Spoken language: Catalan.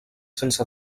sense